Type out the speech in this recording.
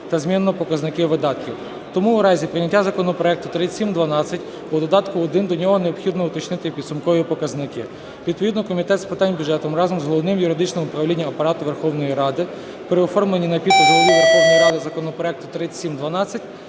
та змінено показники видатків. Тому у разі прийняття законопроекту 3712 у додатку один до нього необхідно уточнити підсумкові показники. Відповідно Комітет з питань бюджету, разом з Головним юридичним управлінням Апарату Верховної Ради при оформленні на підпис Голові Верховної Ради законопроекту 3712